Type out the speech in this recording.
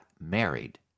married